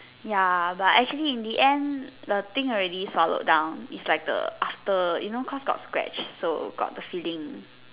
ya but actually in the end the thing already swallowed down it's like the after you know cause got scratch so got the feeling